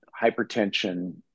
hypertension